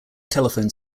telephone